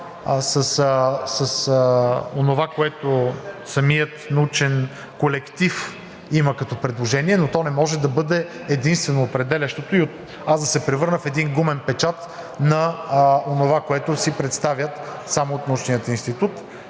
с онова, което самият научен колектив има като предложения, но то не може да бъде единствено определящото и аз да се превърна в един гумен печат на онова, което си представят само от научния институт.